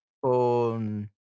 Con